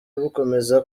bukomeza